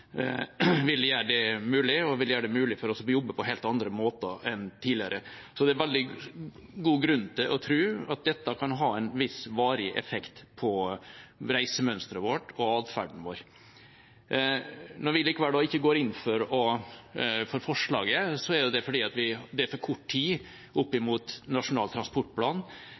vil gjøre det mulig for oss å jobbe på helt andre måter enn tidligere. Så det er veldig god grunn til å tro at dette kan ha en viss varig effekt på reisemønsteret vårt og atferden vår. Når vi likevel ikke går inn for forslaget, er det fordi det er for kort tid opp mot Nasjonal transportplan